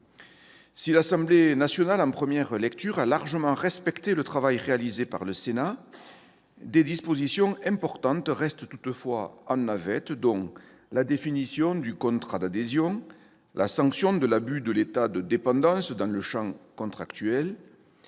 Si l'Assemblée nationale en première lecture a largement respecté le travail réalisé par le Sénat, des dispositions importantes restent toutefois en navette : la définition du contrat d'adhésion ; la sanction de l'abus de l'état de dépendance dans le champ contractuel